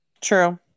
True